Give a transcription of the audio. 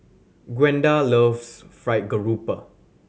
Gwenda loves fry garoupa